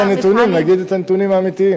לפחות מבחינת הנתונים, להגיד את הנתונים האמיתיים.